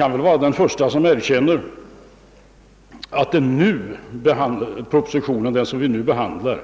Jag kan vara den förste som erkänner att den proposition som nu behandlas